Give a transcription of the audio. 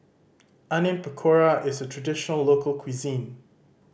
Onion Pakora is a traditional local cuisine